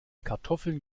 kartoffeln